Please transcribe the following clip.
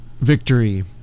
victory